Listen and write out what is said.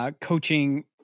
Coaching